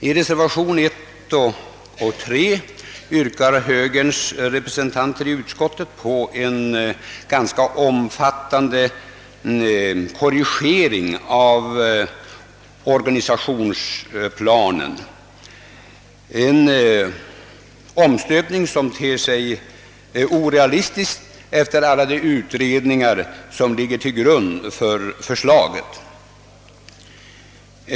I reservationerna 1 och 3 yrkar högerns representanter i utskottet på en ganska omfattande korrigering av organisationsplanen, en omstöpning som ter sig orealistisk med hänsyn till alla de utredningar som ligger till grund för förslaget.